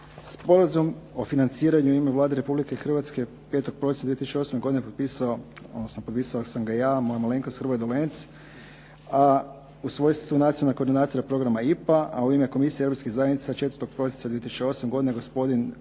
Sporazum o financiranju u ime Vlade Republike Hrvatske 5. prosinca 2008. godine potpisao, odnosno potpisao sam ga ja, moja malenkost Hrvoje Dolenec u svojstvu nacionalnog koordinatora programa IPA, a u ime Komisija Europskih zajednica 4. prosinca 2008. godine gospodin Van